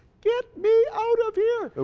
get me out of here.